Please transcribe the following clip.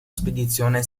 spedizione